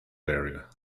area